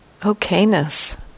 okayness